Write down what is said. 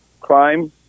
crime